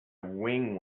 wing